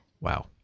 Wow